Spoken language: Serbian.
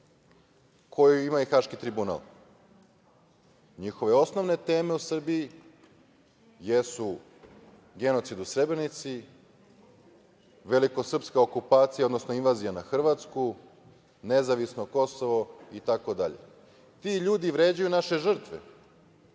koju ima i Haški tribunal. Njihove osnovne teme o Srbiji jesu: genocid u Srebrenici, velikosrpska okupacija, odnosno invazija na Hrvatsku, nezavisno Kosovo, itd. Ti ljudi vređaju naše žrtve.